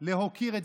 תחשבו על